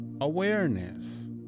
awareness